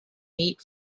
meat